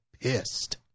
pissed